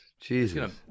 Jesus